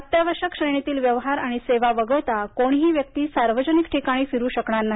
अत्यावश्यक श्रेणीतील व्यवहार आणि सेवा वगळता कोणीही व्यक्ती सार्वजनिक ठिकाणी फिरू शकणार नाही